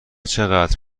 چقدر